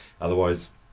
otherwise